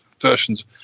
versions